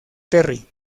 terry